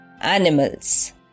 animals